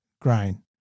grain